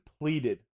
depleted